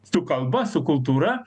su kalba su kultūra